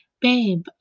babe